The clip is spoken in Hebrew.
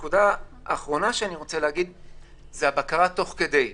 לבסוף, הבקרה תוך כדי.